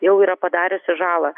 jau yra padariusi žalą